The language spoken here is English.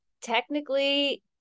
technically